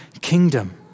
kingdom